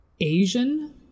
Asian